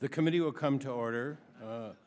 the committee will come to order